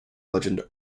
legend